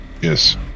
Yes